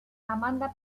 amanda